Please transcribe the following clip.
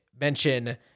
mention